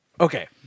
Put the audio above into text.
Okay